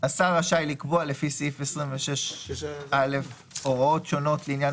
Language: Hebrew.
השר רשאי לקבוע לפי סעיף 26(א) הוראות שונות לעניין